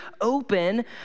open